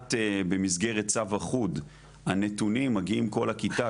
בהעלאות במסגרת צו אחוד מגיעים על הכיתה,